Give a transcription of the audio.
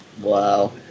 Wow